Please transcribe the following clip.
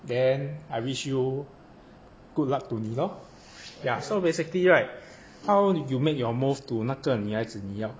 then I wish you good luck to 你 lor okay so basically right how you make your move to 那个女孩子你要